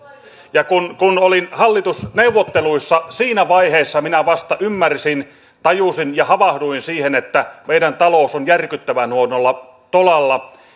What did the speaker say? ja kun kun olin hallitusneuvotteluissa niin siinä vaiheessa minä vasta ymmärsin tajusin ja havahduin siihen että meidän talous on järkyttävän huonolla tolalla